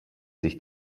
sich